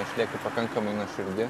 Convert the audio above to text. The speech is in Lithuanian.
išlieki pakankamai nuoširdi